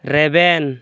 ᱨᱮᱵᱮᱱ